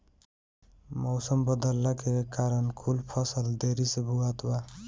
मउसम बदलला के कारण कुल फसल देरी से बोवात बा